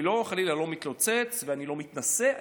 חלילה אני לא מתלוצץ ואני לא מתנשא,